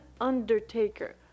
Undertaker